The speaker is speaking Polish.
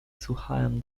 słuchałem